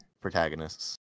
protagonists